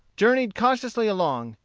journeyed cautiously along,